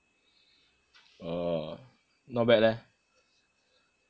orh not bad leh